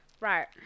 Right